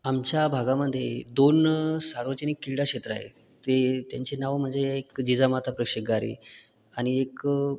आमच्या भागामध्ये दोन सार्वजनिक क्रीडाक्षेत्र आहे ते त्यांची नावे म्हणजे जिजामाता प्रक्षेकारी आणि एक